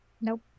Nope